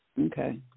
Okay